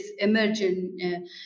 emerging